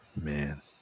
Man